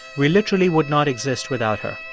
we literally would not exist without her.